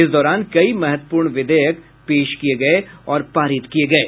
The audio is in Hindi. इस दौरान कई महत्वपूर्ण विधेयक पेश किये गये और पारित किये गये